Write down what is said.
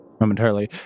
momentarily